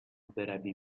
بروی